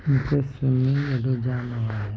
मूंखे स्विमिंग ॾाढो जाम वणंदो आहे